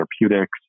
therapeutics